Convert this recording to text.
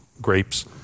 grapes